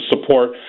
support